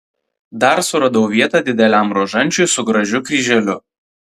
dar suradau vietą dideliam rožančiui su gražiu kryželiu